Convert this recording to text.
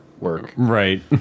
right